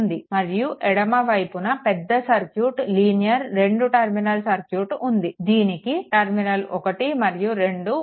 మరియు ఎడమ వైపున పెద్ద సర్క్యూట్ లీనియర్ 2 టర్మినల్ సర్క్యూట్ ఉంది దీనికి టర్మినల్ 1 మరియు 2 ఉన్నాయి